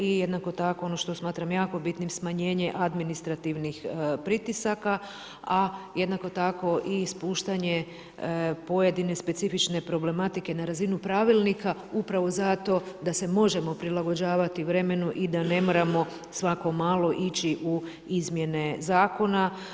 I jednako tako ono što smatram jako bitnim, smanjenje administrativnih pritisaka, a jednako tako i spuštanje pojedine specifične problematike na razinu pravilnika, upravo zato da se možemo prilagođavati vremenu i da ne moramo svako malo ići u izmjene zakona.